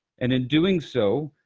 and in doing so,